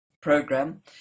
program